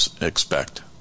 expect